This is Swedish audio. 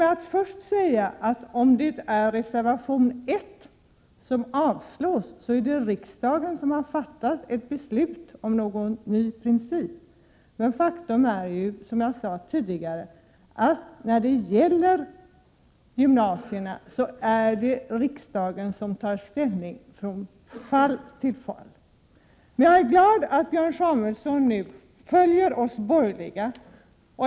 Men i och med att han säger att reservation 1 kan avslås, innebär det att riksdagen har fattat ett beslut om en ny princip. Faktum är ju, som jag sade tidigare, att det är riksdagen som tar ställning från fall till fall när det gäller gymnasierna. Jag är glad att Björn Samuelson nu följer oss borgerliga.